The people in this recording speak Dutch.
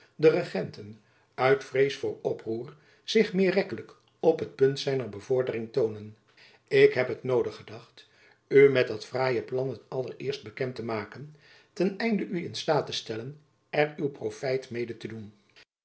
de regenten uit vrees voor oproer zich meer rekkelijk op het punt zijner bevordering toonen ik heb het noodig gedacht u met dat fraaie plan het allereerst bekend te maken ten einde u in staat te stellen er uw profijt mede te doen